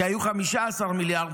כי היו 15 מיליארד,